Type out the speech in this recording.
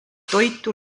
toitu